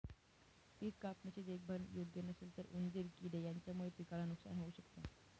पिक कापणी ची देखभाल योग्य नसेल तर उंदीर किडे यांच्यामुळे पिकाला नुकसान होऊ शकत